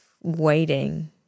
waiting